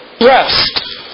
Rest